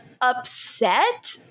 upset